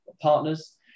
partners